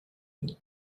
une